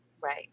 Right